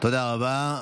תודה רבה.